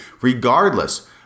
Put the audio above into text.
regardless